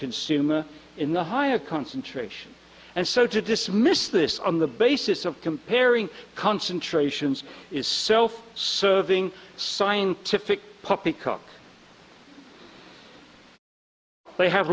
consumer in the higher concentration and so to dismiss this on the basis of comparing concentrations is self serving scientific poppycock they have